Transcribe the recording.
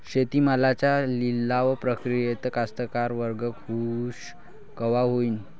शेती मालाच्या लिलाव प्रक्रियेत कास्तकार वर्ग खूष कवा होईन?